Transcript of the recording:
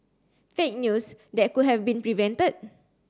fake news that could have been prevented